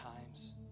times